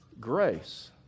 Grace